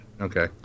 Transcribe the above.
Okay